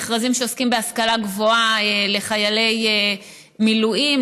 מכרזים שעוסקים בהשכלה גבוהה לחיילי מילואים,